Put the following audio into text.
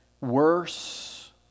worse